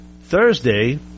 Thursday